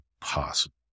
possible